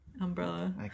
Umbrella